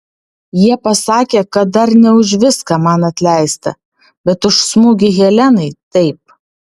jie pasakė kad dar ne už viską man atleista bet už smūgį helenai taip